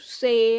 say